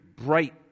bright